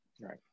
Right